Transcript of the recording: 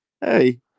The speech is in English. Hey